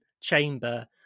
chamber